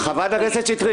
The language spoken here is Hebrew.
חברת הכנסת שטרית,